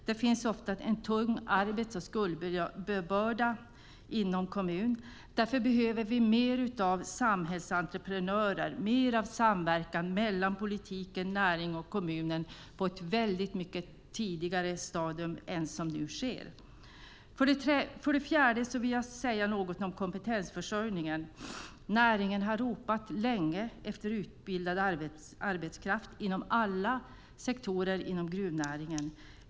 Där finns ofta en tung arbets och skuldbörda inom kommunen. Därför behöver vi mer av samhällsentreprenörer och mer av samverkan mellan politiken, näringen och kommunerna på ett mycket tidigare stadium än vad som nu sker. För det fjärde vill jag säga något om kompetensförsörjningen. Näringen har ropat länge efter utbildad arbetskraft inom alla sektorer i gruvnäringen.